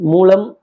Mulam